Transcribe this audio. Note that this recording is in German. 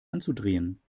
anzudrehen